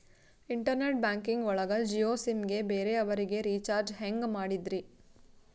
Internet banking ಒಳಗ Jio sim ಗೆ ಬೇರೆ ಅವರಿಗೆ ರೀಚಾರ್ಜ್ ಹೆಂಗ್ ಮಾಡಿದ್ರಿ?